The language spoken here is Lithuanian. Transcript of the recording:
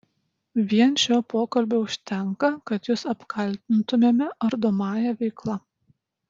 vien šio pokalbio užtenka kad jus apkaltintumėme ardomąja veikla